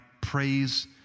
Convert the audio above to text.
praise